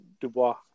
Dubois